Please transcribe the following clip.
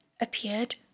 appeared